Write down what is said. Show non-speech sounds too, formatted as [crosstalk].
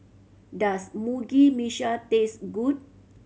does Mugi [unintelligible] taste good